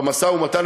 במשא-ומתן,